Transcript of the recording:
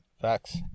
facts